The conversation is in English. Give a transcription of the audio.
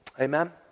amen